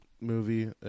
movie